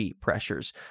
pressures